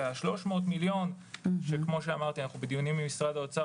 וה-300 מיליון שקל שכפי שאמרתי אנחנו בדיונים עם משרד האוצר